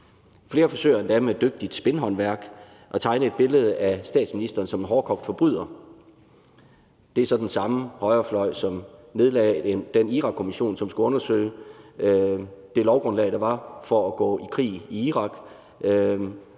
Flere forsøger endda med et dygtigt spinhåndværk at tegne et billede af statsministeren som en hårdkogt forbryder. Det er så den samme højrefløj, som nedlagde den Irakkommission, som skulle understøtte det lovgrundlag, der var, for at gå i krig i Irak.